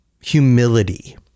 humility